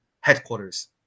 headquarters